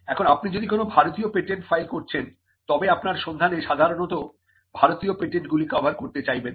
এখন আপনি যদি কোন ভারতীয় পেটেন্ট ফাইল করছেন তবে আপনার সন্ধানে সাধারণভাবে ভারতীয় পেটেন্টগুলি কভার করতে চাইবেন